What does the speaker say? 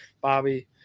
Bobby